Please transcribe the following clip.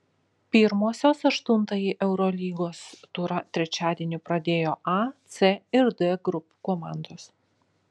pirmosios aštuntąjį eurolygos turą trečiadienį pradėjo a c ir d grupių komandos